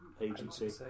Agency